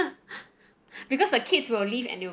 because the kids will leave and you'll